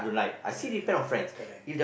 correct correct correct